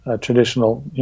traditional